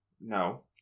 No